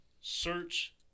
search